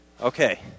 Okay